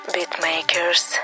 Beatmakers